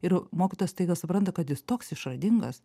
ir mokytojas staiga supranta kad jis toks išradingas